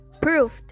proved